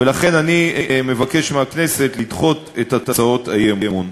ולכן אני מבקש מהכנסת לדחות את הצעות האי-אמון.